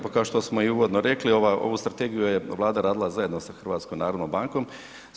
Pa kao što smo i uvodno rekli ovu strategiju je Vlada radila zajedno sa HNB-om.